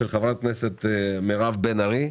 של חברת הכנסת מירב בן ארי.